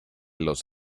los